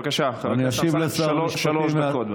בבקשה, חבר הכנסת אמסלם, שלוש דקות.